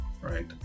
Right